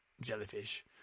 Jellyfish